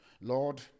Lord